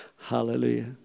Hallelujah